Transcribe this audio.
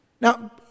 Now